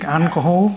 alcohol